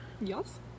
Yes